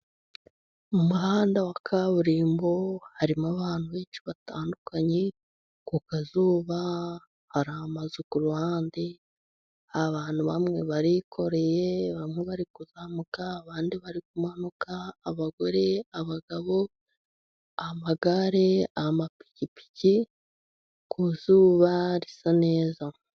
Mu muhanda wa kaburimbo harimo abantu benshi batandukanye, ku kazuba hari amazu ku ruhande, abantu bamwe barikoreye, bamwe bari kuzamuka, abandi bari kumanuka, abagore, abagabo, amagare, amapikipiki, ku zuba risa neza.